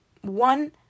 one